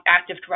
active